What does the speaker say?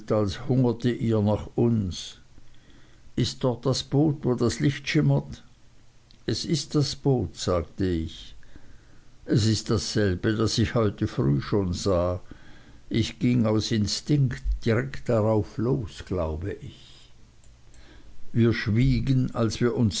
hungerte ihr nach uns ist dort das boot wo das licht schimmert es ist das boot sagte ich es ist dasselbe das ich heute früh schon sah ich ging aus instinkt direkt darauf los glaube ich wir schwiegen als wir uns